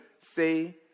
say